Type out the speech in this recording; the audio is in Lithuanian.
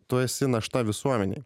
tu esi našta visuomenei